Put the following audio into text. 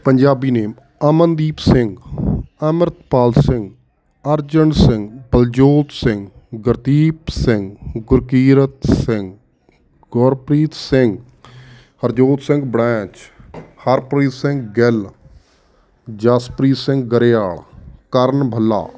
Punjabi name Amandeep Singh Amritpal Singh Arjan Singh Baljot Singh Gurdeep Singh Gurkirat Singh Gurpreet Singh Harjot Singh ਬੜੈਂਚ ਹਰਪ੍ਰੀਤ ਸਿੰਘ ਗਿੱਲ ਜਸਪ੍ਰੀਤ ਸਿੰਘ ਗਰੇਵਾਲ ਕਰਨ ਭੱਲਾ